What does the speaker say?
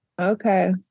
Okay